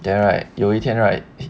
then right 有一天 right